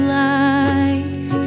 life